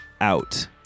out